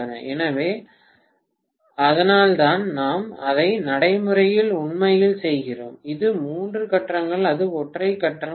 எனவே அதனால்தான் நாம் அதை நடைமுறையில் உண்மையில் செய்கிறோம் அது மூன்று கட்டங்கள் அது ஒற்றை கட்டம் அல்ல